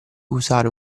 usare